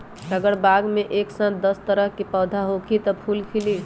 अगर बाग मे एक साथ दस तरह के पौधा होखि त का फुल खिली?